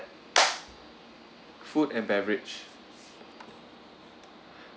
food and beverage